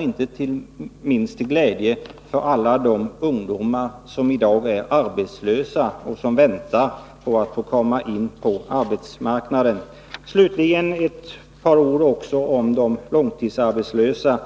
inte minst till glädje för alla de ungdomar som i dag är arbetslösa och väntar på att få komma in på arbetsmarknaden. Slutligen ett par ord om de långtidsarbetslösa.